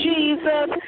Jesus